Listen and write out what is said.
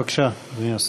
בבקשה, אדוני השר.